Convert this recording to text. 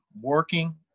working